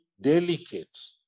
delicate